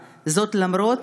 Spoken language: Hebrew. למרות,